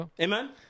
Amen